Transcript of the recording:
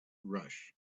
rush